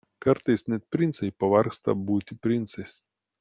kartais net princai pavargsta būti princais